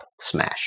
Smash